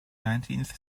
nineteenth